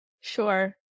Sure